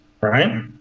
right